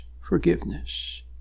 forgiveness